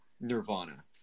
Nirvana